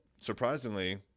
surprisingly